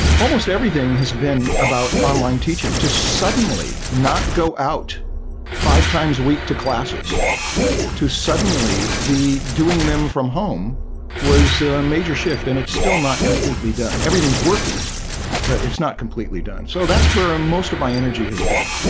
almost everything has been about online teaching to suddenly not go out five times a week to classes to suddenly be doing them from home was a major shift, and it's still not completely done everything's working but it's not completely done. so that's where ah most of my energy has been.